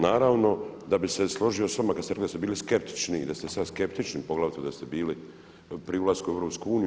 Naravno da bih se složio s vama kad ste rekli da ste bili skeptični i da ste sad skeptični poglavito da ste bili pri ulasku u EU.